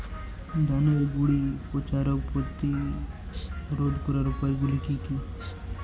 ধানের গুড়ি পচা রোগ প্রতিরোধ করার উপায়গুলি কি কি?